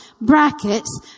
brackets